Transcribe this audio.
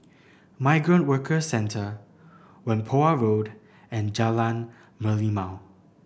Migrant Workers Centre Whampoa Road and Jalan Merlimau